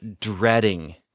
dreading